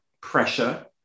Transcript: pressure